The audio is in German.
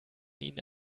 ihn